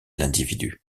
l’individu